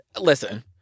listen